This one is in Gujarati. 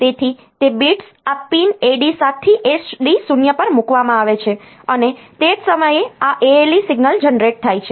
તેથી તે બિટ્સ આ પિન AD7 થી AD0 પર મૂકવામાં આવે છે અને તે જ સમયે આ ALE સિગ્નલ જનરેટ થાય છે